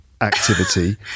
Activity